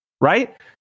right